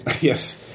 Yes